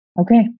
okay